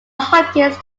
hopkins